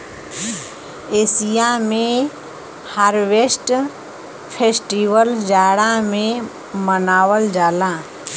Asia में harvest festival जाड़ा में मनावल जाला